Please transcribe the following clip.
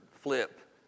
flip